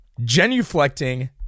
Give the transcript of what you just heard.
genuflecting